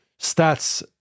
Stats